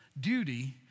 Duty